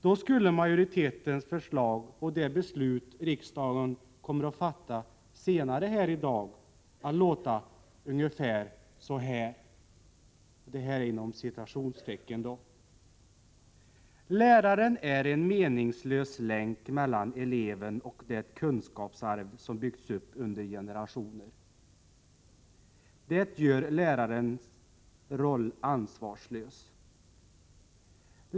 Då skulle majoritetens förslag och det beslut riksdagen kommer att fatta senare i dag låta ungefär så här: ”Läraren är en meningslös länk mellan eleven och det kunskapsarv som har byggts upp under generationer. Det gör lärarens roll ansvarslös.